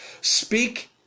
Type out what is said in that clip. Speak